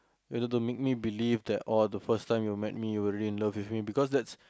you know to make me believe that all the first time you met me you were really in love with me because that's